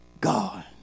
God